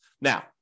Now